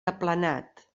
aplanat